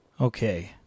okay